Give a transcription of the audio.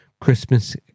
Christmas